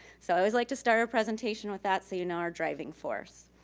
so i always like to start a presentation with that, so you know our driving force.